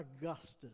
Augustus